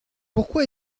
pourquoi